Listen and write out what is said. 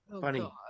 funny